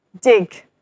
Dig